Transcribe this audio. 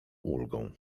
ulgą